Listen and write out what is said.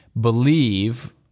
believe